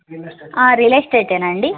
real estate real estate అండి